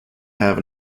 have